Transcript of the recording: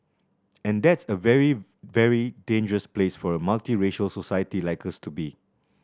and that's a very very dangerous place for a multiracial society like us to be